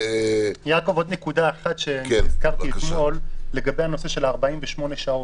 עוד נקודה, שהזכרתי אתמול, לגבי הנושא של 48 שעות.